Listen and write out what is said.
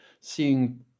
seeing